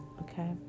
okay